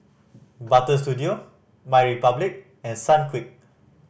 Butter Studio MyRepublic and Sunquick